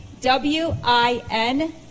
W-I-N